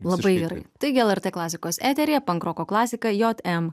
labai gerai taigi lrt klasikos eteryje pankroko klasika jot em